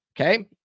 okay